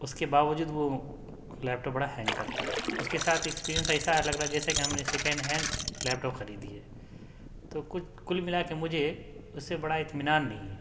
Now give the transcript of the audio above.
اس کے باوجود وہ لیپ ٹاپ بڑا ہینگ کرتا ہے اس کے ساتھ ایکسپرینس ایسا لگ رہا ہے جیسے کہ ہم نے سیکینڈ ہینڈ لیپ ٹاپ خریدی ہے تو کل ملا کے مجھے اس سے بڑا اطمینان نہیں ہے